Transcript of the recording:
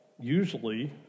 usually